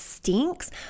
stinks